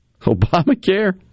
Obamacare